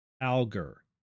Alger